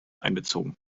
einbezogen